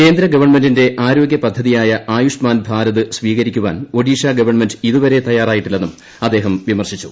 കേന്ദ്ര ഗവൺമെന്റിന്റെ ആരോഗ്യപദ്ധതിയായ ആയുഷ്മാൻ ഭാരത് സ്വീകരിക്കാൻ ഒഡീഷ ഗവൺമെന്റ് ഇതുവരെ തയ്യാറായിട്ടില്ലെന്നും അദ്ദേഹം വിമർശിച്ചു